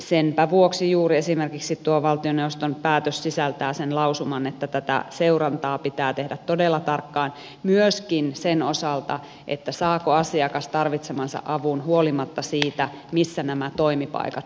senpä vuoksi juuri esimerkiksi tuo valtioneuvoston päätös sisältää sen lausuman että tätä seurantaa pitää tehdä todella tarkkaan myöskin sen osalta saako asiakas tarvitsemansa avun huolimatta siitä missä nämä toimipaikat sijaitsevat